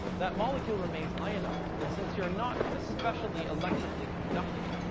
that molecule remains ionized. and since you're not especially electrically conductive,